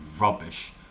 rubbish